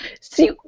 See